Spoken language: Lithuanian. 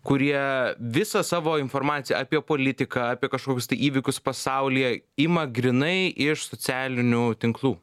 kurie visą savo informaciją apie politiką apie kažkokius įvykius pasaulyje ima grynai iš socialinių tinklų